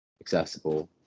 accessible